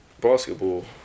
Basketball